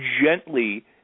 gently